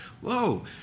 whoa